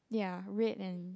ya red and